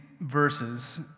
verses